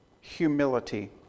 humility